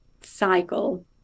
cycle